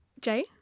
jay